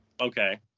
Okay